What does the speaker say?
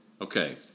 okay